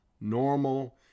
normal